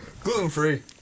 gluten-free